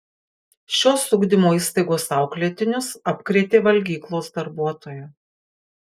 šios ugdymo įstaigos auklėtinius apkrėtė valgyklos darbuotoja